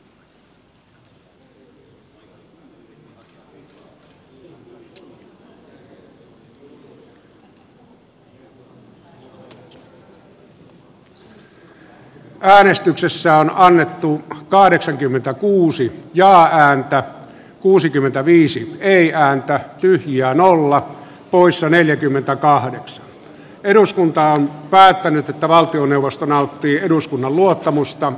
ensin äänestetään jyrki yrttiahon ehdotuksesta sirkka liisa anttilan ehdotusta vastaan sen jälkeen voittaneesta timo soinin ehdotusta vastaan ja lopuksi siitä nauttiiko valtioneuvosto eduskunnan luottamusta